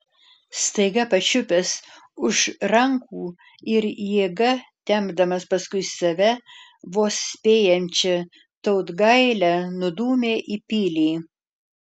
staiga pačiupęs už rankų ir jėga tempdamas paskui save vos spėjančią tautgailę nudūmė į pilį